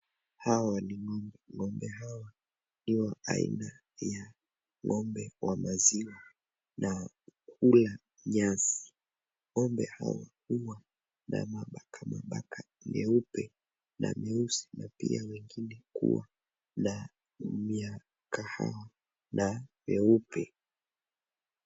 Hawa ni ng'ombe.Ng’ombe hawa ni wa aina ya ng'ombe wa maziwa na kula nyasi.Ng'ombe hawa huwa na mabakamabaka meupe na meusi na pia wengine kuwa na ya kahawa na meupe.